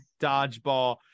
dodgeball